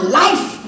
life